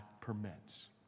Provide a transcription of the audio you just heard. permits